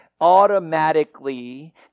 automatically